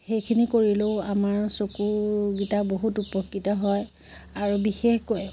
সেইখিনি কৰিলেও আমাৰ চকুকেইটা বহুত উপকৃত হয় আৰু বিশেষকৈ